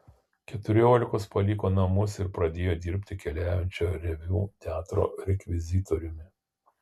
keturiolikos paliko namus ir pradėjo dirbti keliaujančio reviu teatro rekvizitoriumi